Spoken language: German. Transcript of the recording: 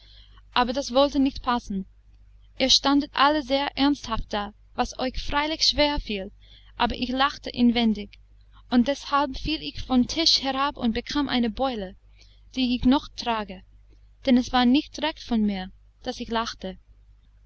aber das wollte nicht passen ihr standet alle sehr ernsthaft da was euch freilich schwer fiel aber ich lachte inwendig und deshalb fiel ich vom tisch herab und bekam eine beule die ich noch trage denn es war nicht recht von mir daß ich lachte